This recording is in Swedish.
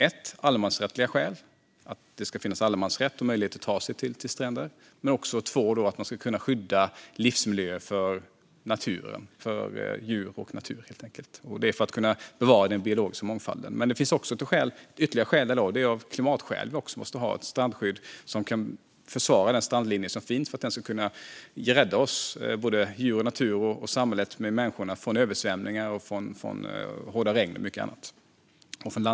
Ett: allemansrättsliga skäl. Det ska finnas allemansrätt och möjlighet att ta sig till stränder. Och två: att man ska kunna skydda livsmiljöer för djur och växter. Det är för att kunna bevara den biologiska mångfalden. Men det finns också ytterligare ett skäl. Även av klimatskäl måste vi ha ett strandskydd för att försvara den strandlinje som finns så att den kan rädda oss - både djur, natur och samhället med människorna - från översvämningar, hårda regn, havshöjning och mycket annat.